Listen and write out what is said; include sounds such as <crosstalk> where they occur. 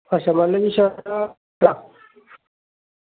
अच्छा मतलब कि <unintelligible>